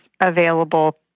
available